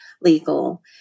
Legal